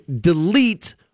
delete